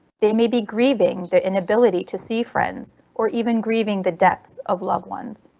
they may be grieving the inability to see friends or even grieving the deaths of loved ones.